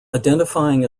identifying